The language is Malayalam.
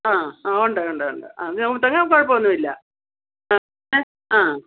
ആ ആ ഉണ്ട് ഉണ്ട് ഉണ്ട് ആ നമുക്ക് തെങ്ങ് കുഴപ്പം ഒന്നും ഇല്ല അ എ ആ